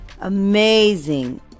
Amazing